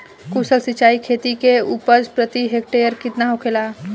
कुशल सिंचाई खेती से उपज प्रति हेक्टेयर केतना होखेला?